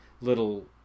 little